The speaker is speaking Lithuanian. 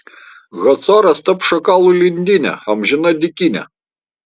hacoras taps šakalų lindyne amžina dykyne